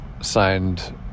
signed